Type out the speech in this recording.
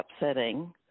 upsetting